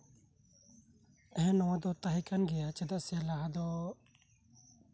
ᱦᱮᱸ ᱱᱚᱶᱟ ᱫᱮ ᱛᱟᱦᱮᱸ ᱠᱟᱱ ᱜᱮᱭᱟ ᱪᱮᱫᱟᱜ ᱥᱮ ᱞᱟᱦᱟ ᱫᱚ